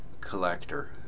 collector